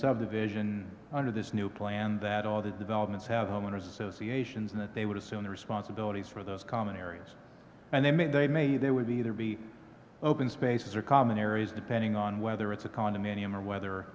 subdivision under this new plan that all the developments have homeowners associations and that they would assume the responsibilities for those common areas and they may they may be there will be there be open spaces or common areas depending on whether it's a condominium or whether